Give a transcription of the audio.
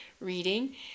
reading